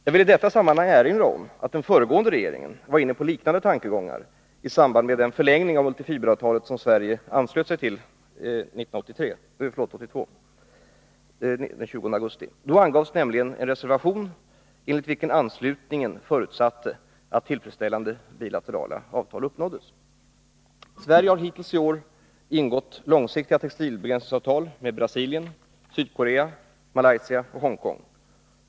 Jag vill i detta sammanhang erinra om att den föregående regeringen var inne på liknande tankegångar i samband med den förlängning av multifiberavtalet, som Sverige anslöt sig till den 20 augusti 1982. Då angavs nämligen en reservation, enligt vilken anslutningen förutsatte att tillfredsställande bilaterala avtal uppnåddes. Sverige har hittills i år ingått långsiktiga textilbegränsningsavtal med Brasilien, Sydkorea, Malaysia och Hongkong.